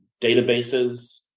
databases